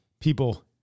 people